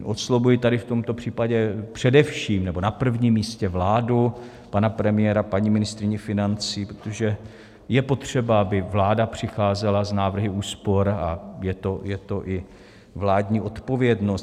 Oslovuji tady v tomto případě především, nebo na prvním místě vládu, pana premiéra, paní ministryni financí, protože je potřeba, aby vláda přicházela s návrhy úspor, a je to i vládní odpovědnost.